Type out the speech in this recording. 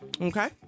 Okay